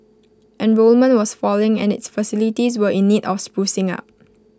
enrolment was falling and its facilities were in need of sprucing up